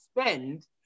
spend